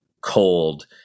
cold